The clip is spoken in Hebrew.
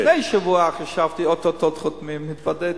לפני שבוע חשבתי שאו-טו-טו חותמים והתבדיתי.